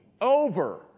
over